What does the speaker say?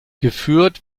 geführt